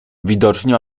widocznie